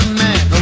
man